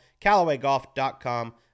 CallawayGolf.com